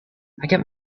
get